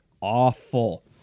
awful